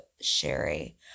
Sherry